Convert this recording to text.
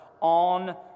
on